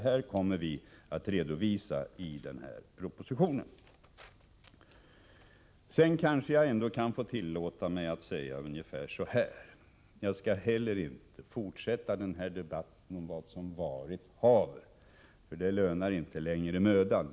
Jag skall heller inte fortsätta debatten om vad som varit haver, för det lönar inte längre mödan.